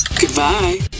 Goodbye